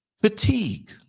fatigue